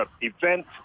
event